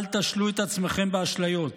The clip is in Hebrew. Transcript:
אל תשלו את עצמכם באשליות.